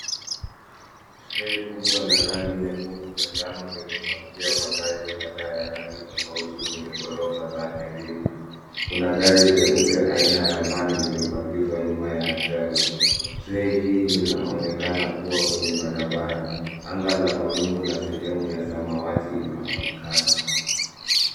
Tray kubwa la rangi nyekundu na njano limepakia magari kadha ya rangi tofauti kwenye gorofa zake mbili. Kuna gari jeupe aina ya van limepakiwa nyuma ya trela. Tray hii linaonekana kuwa kwenye barabara. Anga la mawingu na sehemu ya samawati inaonekana.